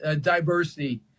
diversity